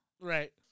Right